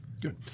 Good